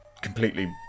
completely